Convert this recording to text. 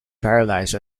paralysed